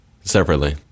Separately